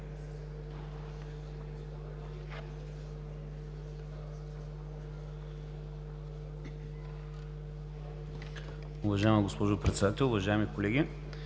Уважаема, госпожо Председател, уважаеми колеги!